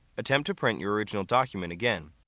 attempt to print your original document again.